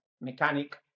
mechanic